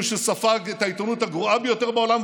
שספג את העיתונות הגרועה ביותר בעולם?